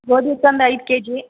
ಗೋಧಿ ಹಿಟ್ಟು ಒಂದು ಐದು ಕೆಜಿ